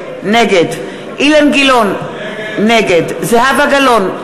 נגד אילן גילאון, נגד זהבה גלאון,